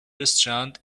restaurant